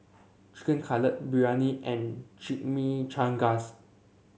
Chicken Cutlet Biryani and Chimichangas